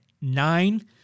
nine